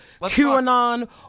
QAnon